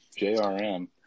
JRM